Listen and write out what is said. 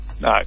No